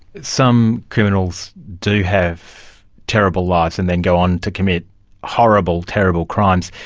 some criminals do have terrible lives and then go on to commit horrible, terrible crimes.